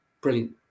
brilliant